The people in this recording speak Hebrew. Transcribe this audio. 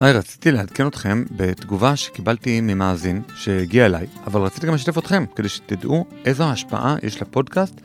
היי, רציתי לעדכן אתכם בתגובה שקיבלתי ממאזין שהגיעה אליי, אבל רציתי גם לשתף אתכם כדי שתדעו איזו ההשפעה יש לפודקאסט.